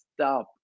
stop